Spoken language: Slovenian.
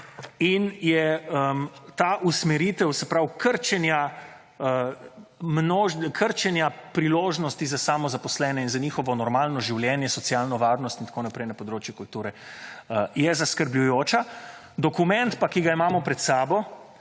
in je ta usmeritev, se pravi krčenja priložnosti za samozaposlene in za njihovo normalno življenje, socialno varnost in tako naprej, na področju kulture, je zaskrbljujoča, dokument pa, ki ga imamo pred sabo,